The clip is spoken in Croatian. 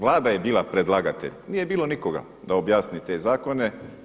Vlada je bila predlagatelj, nije bilo nikoga da objasni te zakone.